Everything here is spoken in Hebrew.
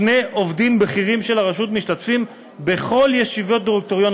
שני עובדים בכירים של הרשות משתתפים בכל ישיבות דירקטוריון